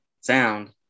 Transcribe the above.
sound